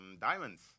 diamonds